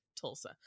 Tulsa